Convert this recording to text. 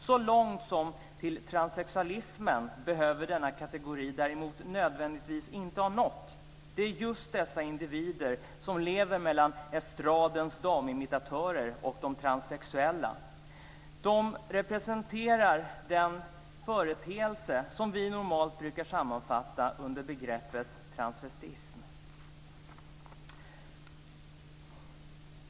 Så långt som till transsexualismen behöver denna kategori däremot inte nödvändigtvis ha nått. Det är just dessa individer som lever mellan estradens damimitatörer och de transsexuella som representerar den företeelse som vi normalt brukar sammanfatta under begreppet transvestism.